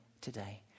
today